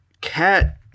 cat